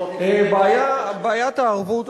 בעיית הערבות,